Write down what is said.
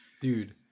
dude